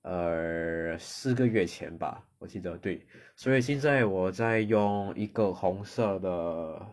err 四个月前吧我记得对所以现在我在用一个红色的